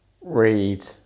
read